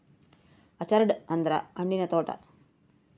orchard ಅಂದ್ರ ಹಣ್ಣಿನ ತೋಟ